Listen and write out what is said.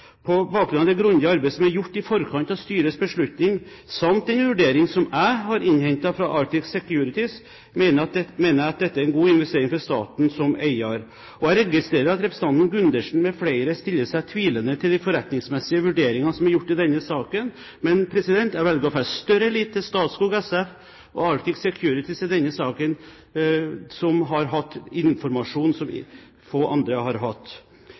forkant av styrets beslutning, samt den vurdering som jeg har innhentet fra Arctic Securities, mener jeg at dette er en god investering for staten som eier. Jeg registrerer at representanten Gundersen med flere stiller seg tvilende til de forretningsmessige vurderingene som er gjort i denne saken, men jeg velger å feste større lit til Statskog SF og Arctic Securities i denne saken, som har hatt informasjon som få andre har hatt.